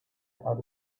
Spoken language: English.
had